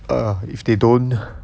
uh if they don't